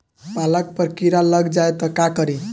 पालक पर कीड़ा लग जाए त का करी?